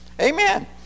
Amen